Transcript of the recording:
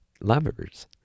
lovers